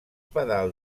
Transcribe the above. pedal